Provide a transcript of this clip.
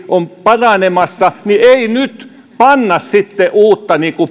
on paranemassa niin ei nyt panna sitten uutta